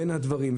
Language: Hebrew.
בין הדברים.